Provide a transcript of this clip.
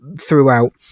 throughout